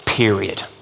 period